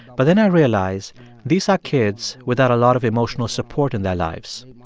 but then i realize these are kids without a lot of emotional support in their lives.